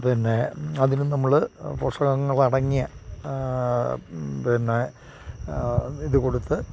പിന്നെ അതിന് നമ്മൾ പോഷകങ്ങൾ അടങ്ങിയ പിന്നെ ഇത് കൊടുത്ത്